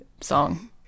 song